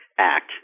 act